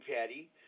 Patty